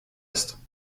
ist